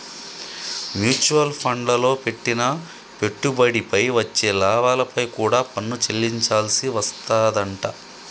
mutual ఫండ్లల్లో పెట్టిన పెట్టుబడిపై వచ్చే లాభాలపై కూడా పన్ను చెల్లించాల్సి వస్తాదంట